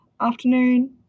afternoon